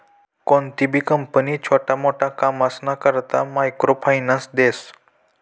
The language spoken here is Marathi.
कोणतीबी कंपनी छोटा मोटा कामसना करता मायक्रो फायनान्स देस